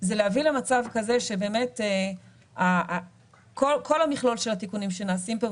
זה להביא למצב כזה שבאמת כל המכלול של התיקונים שנעשים פה,